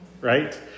Right